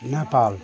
Nepal